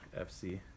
FC